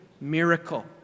miracle